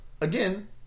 again